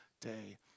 day